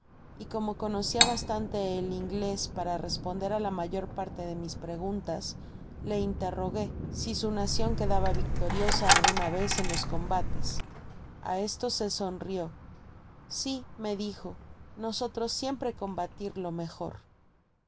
y como conocia bastante elin glés para responder á la mayor parte de mis preguntas le interrogué si su nacion quedaba victoriosa alguna vez en los combates a esto se sonrio si me dijo nosotros siempre combatirlo mejor